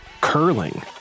curling